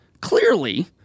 Clearly